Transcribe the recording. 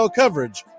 coverage